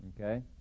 okay